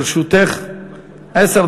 אנחנו עוברים לחקיקה,